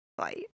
fight